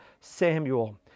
Samuel